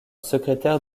secrétaire